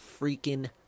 freaking